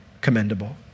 commendable